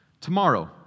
Tomorrow